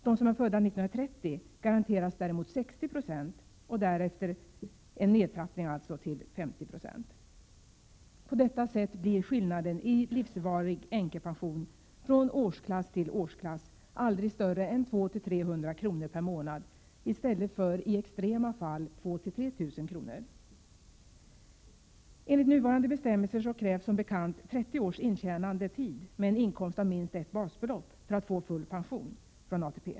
De som är födda 1930 garanteras däremot 60 96, och därefter sker en nedtrappning till 50 96. På detta sätt blir skillnaden i livsvarig änkepension från årsklass till årsklass aldrig större än 200-300 kr. per månad i stället för — i extrema fall — 2 000-3 000 kr. Enligt nuvarande bestämmelser krävs som bekant 30 års intjänandetid med en inkomst av minst ett basbelopp för att få full pension från ATP.